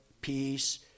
peace